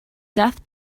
death